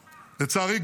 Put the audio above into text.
לצערי,